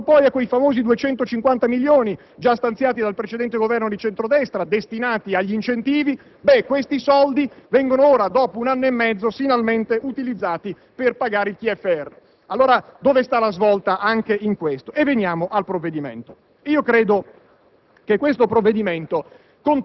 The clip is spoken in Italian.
dunque vi era anche da recuperare l'inflazione). E quei famosi 250 milioni, già stanziati dal precedente Governo di centro-destra, destinati agli incentivi, ora, dopo un anno e mezzo, vengono finalmente utilizzati per pagare il TFR. Allora, dove sta la svolta, anche in questo? Ma veniamo al provvedimento,